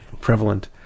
prevalent